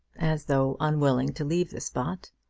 as though unwilling to leave the spot.